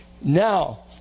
Now